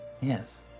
Yes